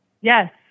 Yes